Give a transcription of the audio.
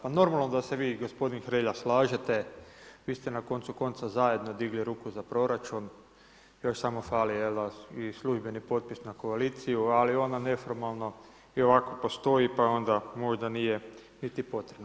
Pa normalno da se vi i gospodin Hrelja slažete, vi ste na koncu konca zajedno digli ruku za proračun, još samo fali i službeni potpis na koaliciju ali ona neformalno i ovako postoji pa onda možda nije niti potrebna.